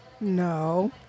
No